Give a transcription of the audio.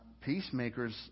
Peacemakers